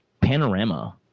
panorama